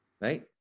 Right